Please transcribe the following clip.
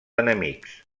enemics